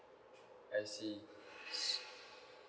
I see